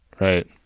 right